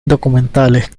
documentales